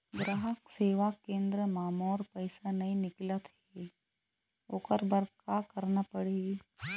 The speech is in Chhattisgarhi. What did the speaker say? ग्राहक सेवा केंद्र म मोर पैसा नई निकलत हे, ओकर बर का करना पढ़हि?